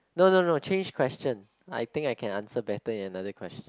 no no no change question I think I can answer better in another question